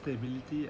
stability